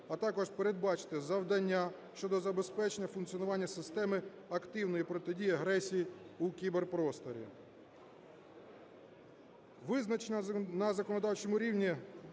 А також передбачити завдання щодо забезпечення функціонування системи активної протидії агресії у кіберпросторі.